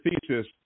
thesis